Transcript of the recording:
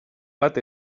bat